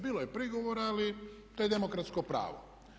Bilo je prigovora ali to je demokratsko pravo.